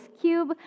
cube